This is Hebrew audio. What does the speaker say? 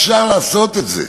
אפשר לעשות את זה.